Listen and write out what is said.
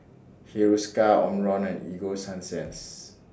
Hiruscar Omron and Ego Sunsense